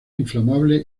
inflamable